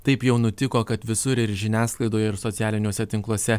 taip jau nutiko kad visur ir žiniasklaidoje ir socialiniuose tinkluose